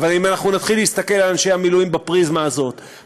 אבל אם אנחנו נתחיל להסתכל על אנשי המילואים בפריזמה הזאת,